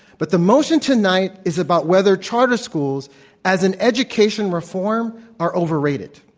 but the motion tonight is about whether charter schools as an education reform are overrated.